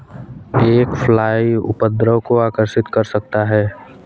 एक फ्लाई उपद्रव को आकर्षित कर सकता है?